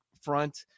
front